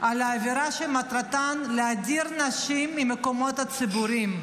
על עבירה שמטרתה להדיר נשים מהמקומות הציבוריים,